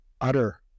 utter